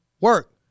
work